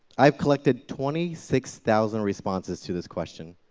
i've collected twenty six thousand responses to this question,